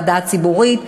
הוועדה הציבורית,